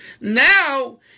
Now